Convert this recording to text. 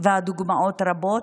והדוגמאות רבות.